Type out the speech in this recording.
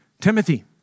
Timothy